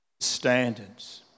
standards